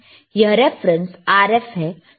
यह reference RF है